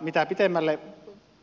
mitä pitemmälle